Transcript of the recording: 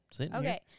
okay